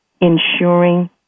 Ensuring